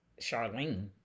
Charlene